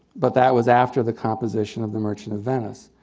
but that was after the composition of the merchant of venice.